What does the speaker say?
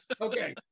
Okay